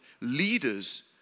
leaders